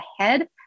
ahead